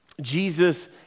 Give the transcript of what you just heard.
Jesus